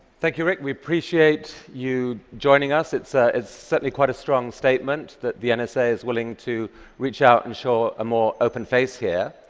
thank you, rick. we appreciate you joining us. it's ah it's certainly quite a strong statement that the and nsa is willing to reach out and show a more open face here.